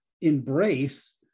embrace